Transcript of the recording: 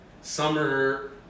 summer